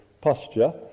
posture